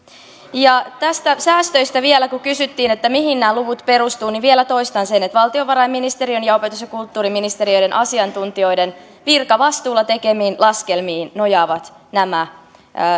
näistä säästöistä vielä kun kysyttiin mihin nämä luvut perustuvat vielä toistan sen että valtiovarainministeriön ja opetus ja kulttuuriministeriön asiantuntijoiden virkavastuulla tekemiin laskelmiin nojaavat nämä